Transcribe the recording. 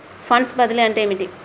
Funds బదిలీ అంటే ఏమిటి?